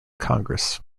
congress